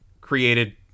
created